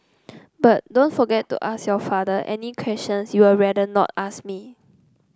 but don't forget to ask your father any questions you are rather not ask me